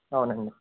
అవునండి